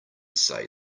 say